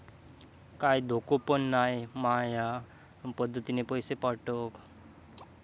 काय धोको पन नाय मा ह्या पद्धतीनं पैसे पाठउक?